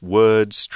words